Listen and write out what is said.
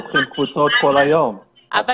פותחים קבוצות כל היום עשרות קבוצות ברמה יומית.